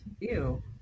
ew